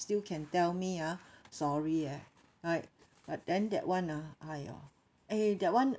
still can tell me ah sorry eh right but then that one ah !aiyo! eh that [one]